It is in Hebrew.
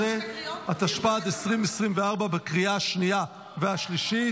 13), התשפ"ד 2024, לקריאה השנייה והשלישית.